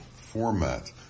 format